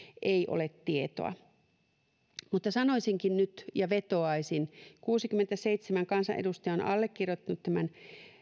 ei ole tietoa sanoisinkin nyt ja vetoaisin siihen että kuusikymmentäseitsemän kansanedustajaa on allekirjoittanut tämän